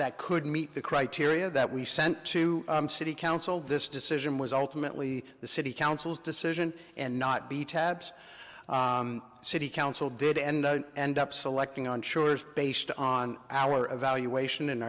that could meet the criteria that we sent to city council this decision was ultimately the city council's decision and not be tabs city council did end up selecting on sure's based on our evaluation and